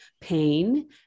pain